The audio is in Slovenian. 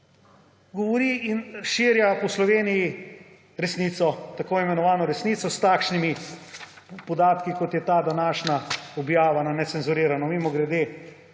govori in razširja po Sloveniji resnico, tako imenovano resnico s takšnimi podatki, kot je ta današnja objava na Necenzurirano. Mimogrede,